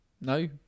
No